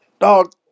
dog